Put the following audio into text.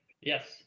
Yes